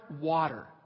water